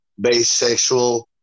bisexual